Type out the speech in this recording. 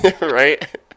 right